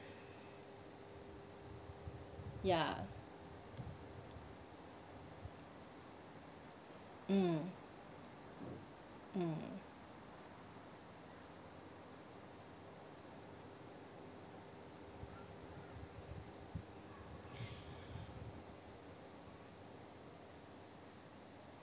ya mm mm